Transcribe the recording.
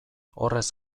horrez